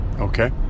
Okay